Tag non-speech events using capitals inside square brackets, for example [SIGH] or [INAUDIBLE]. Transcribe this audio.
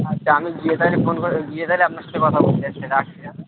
আচ্ছা আমি গিয়ে তাহলে ফোন করে গিয়ে তাহলে আপনার সাথে কথা বলছি [UNINTELLIGIBLE] রাখছি হ্যাঁ